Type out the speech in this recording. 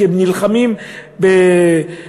כי הם נלחמים כאריות,